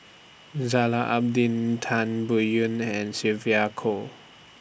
Zainal Abidin Tan Biyun and Sylvia Kho